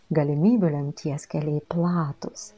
galimybių lemties keliai platūs